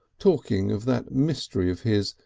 talking of that mystery of his,